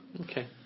Okay